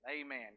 Amen